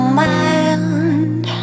mind